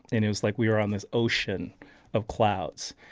and it was like we were on this ocean of clouds.